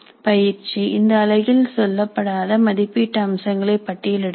பயிற்சி இந்த அலகில் சொல்லப்படாத மதிப்பீட்டு அம்சங்களை பட்டியலிடுங்கள்